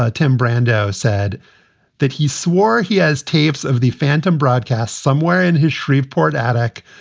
ah tim brandao said that he swore he has tapes of the phantom broadcasts somewhere in his shreveport attic.